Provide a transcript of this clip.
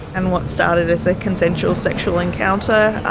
and what started as a consensual sexual encounter